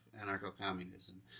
anarcho-communism